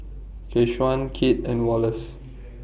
Keshaun Kit and Wallace